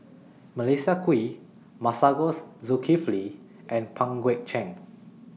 Melissa Kwee Masagos Zulkifli and Pang Guek Cheng